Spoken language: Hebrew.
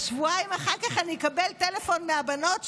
אז שבועיים אחר כך אני אקבל טלפון מהבנות שלי: